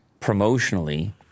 promotionally